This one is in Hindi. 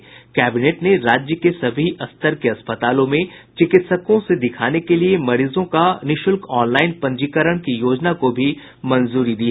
वहीं कैबिनेट ने राज्य के सभी स्तर के अस्पतालों में चिकित्सकों से दिखाने के लिए मरीजों का निःशुल्क ऑनलाईन पंजीकरण की योजना को भी मंजूरी दी